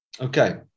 Okay